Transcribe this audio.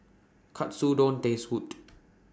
Katsudon Taste Good